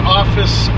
office